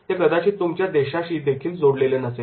ते कदाचित तुमच्या देशाची देखील जोडलेले नसेल